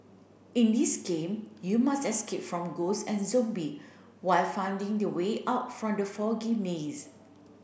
in this game you must escape from ghost and zombie while finding the way out from the foggy maze